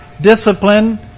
discipline